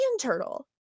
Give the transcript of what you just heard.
turtle